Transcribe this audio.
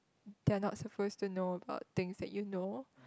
they're not supposed to know about things that you know